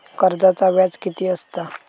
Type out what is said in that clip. कर्जाचा व्याज कीती असता?